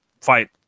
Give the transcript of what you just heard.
fight